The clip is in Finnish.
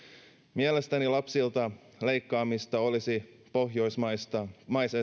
mielestäni lapsilta leikkaamista olisi pohjoismaisesta